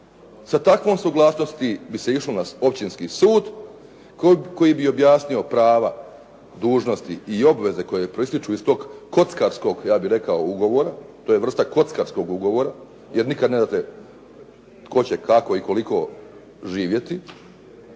Sa takvom suglasnosti bi se išlo na općinski sud koji bi objasnio prava, dužnosti i obveze koje proističu iz tog kockarsko, ja bih rekao, ugovora, to je vrsta kockarskog ugovora jer nikad ne znate tko će kako i koliko živjeti